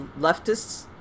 leftists